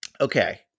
Okay